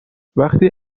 وقتی